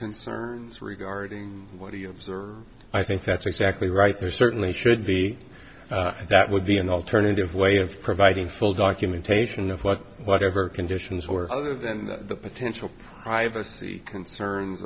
concern regarding what do you observe or i think that's exactly right there certainly should be that would be an alternative way of providing full documentation of what whatever conditions were other than the potential privacy concern